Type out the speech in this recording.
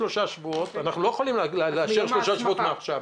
אנחנו לא יכולים לאשר שלושה שבועות מעכשיו.